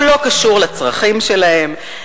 הוא לא קשור לצרכים שלהם.